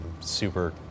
super